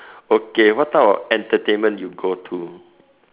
okay what type of entertainment you go to